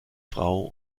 frau